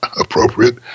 appropriate